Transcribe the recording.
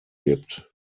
gibt